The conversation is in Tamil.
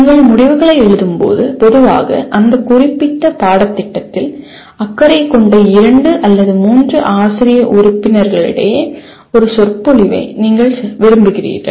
நீங்கள் முடிவுகளை எழுதும்போது பொதுவாக அந்த குறிப்பிட்ட பாடத்திட்டத்தில் அக்கறை கொண்ட இரண்டு அல்லது மூன்று ஆசிரிய உறுப்பினர்களிடையே ஒரு சொற்பொழிவை நீங்கள் விரும்புகிறீர்கள்